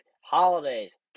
holidays